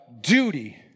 duty